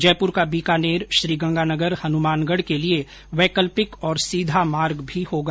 जयपुर का बीकानेर श्रीगंगानगर हनुमानगढ़ के लिए वैकल्पिक और सीधा मार्ग भी होगा